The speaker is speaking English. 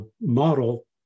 model